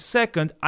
second